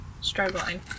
struggling